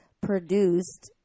produced